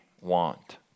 want